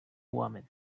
woman